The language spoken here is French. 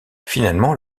finalement